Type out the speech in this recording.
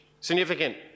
significant